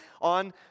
on